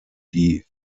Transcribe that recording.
die